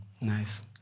Nice